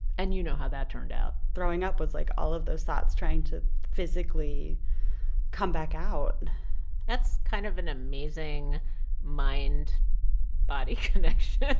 and you know how that turned out throwing up was like all of those thoughts trying to physically come back out that's kind of an amazing mind-body but connection.